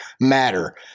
matter